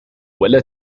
ولا